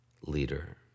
leader